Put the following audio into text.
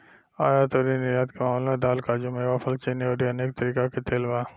आयात अउरी निर्यात के मामला में दाल, काजू, मेवा, फल, चीनी अउरी अनेक तरीका के तेल बा